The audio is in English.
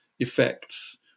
effects